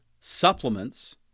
supplements